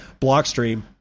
Blockstream